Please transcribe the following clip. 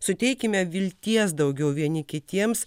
suteikime vilties daugiau vieni kitiems